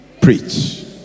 preach